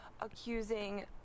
accusing